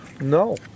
No